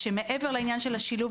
מעבר לעניין השילוב,